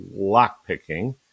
lockpicking